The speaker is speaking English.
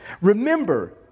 Remember